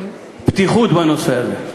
פתיחות בנושא הזה.